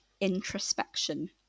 introspection